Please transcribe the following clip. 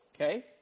Okay